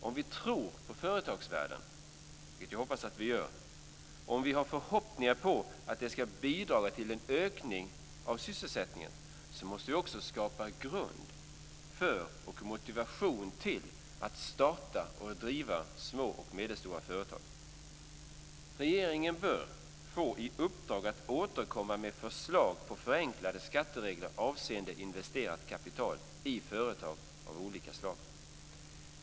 Om vi tror på företagsvärlden, vilket jag hoppas att vi gör, och om vi har förhoppningar om att de ska bidra till en ökning av sysselsättningen, måste vi också skapa grund för och motivation till att starta och driva små och medelstora företag. Regeringen bör få i uppdrag att återkomma med förslag till förenklade skatteregler avseende investerat kapital i företag av olika slag.